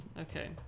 Okay